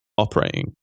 operating